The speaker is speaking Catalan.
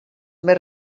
més